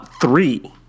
three